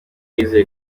yizeye